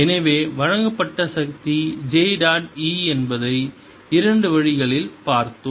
எனவே வழங்கப்பட்ட சக்தி j டாட் E என்பதை இரண்டு வழிகளில் பார்த்தோம்